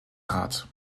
rat